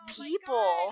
people